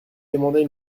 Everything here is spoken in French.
demandait